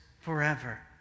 forever